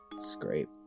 scrape